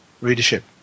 readership